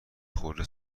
خورده